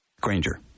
Granger